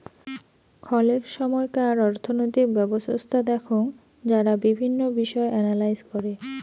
খলেক সময়কার অর্থনৈতিক ব্যবছস্থা দেখঙ যারা বিভিন্ন বিষয় এনালাইস করে